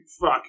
Fuck